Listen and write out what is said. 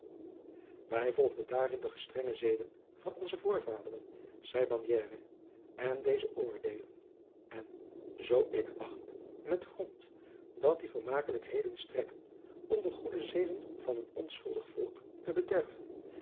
wij volgen daarin de strenge zeden van onze voorvaderen zeide bandiere en deze oordeelden en zoo ik acht met grond dat die vermakelijkheden strekken om de goede zeden van een onschuldig volk te bederven